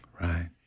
right